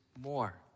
more